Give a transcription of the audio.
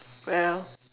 well